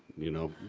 you know.